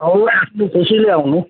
होइन आफ्नो खुसीले आउनु